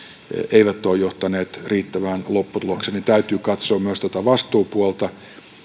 eivät ole johtaneet riittävään lopputulokseen niin täytyy katsoa myös tätä vastuupuolta